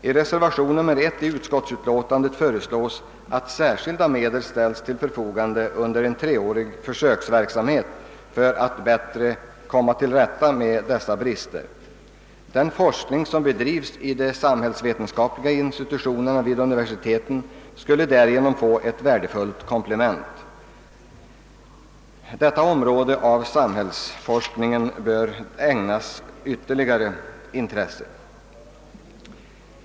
I reservationen nr 1 till utskottsutlåtandet föreslås att särskilda medel skall ställas till förfogande för en treårig försöksverksamhet för att man bättre skall kunna komma till rätta med dessa brister. Den forskning som bedrives i de samhällsvetenskapliga institutionerna vid universiteten skulle därigenom få ett värdefullt komplement. Detta område av samhällsforskningen bör ägnas ytterligare intresse.